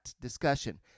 discussion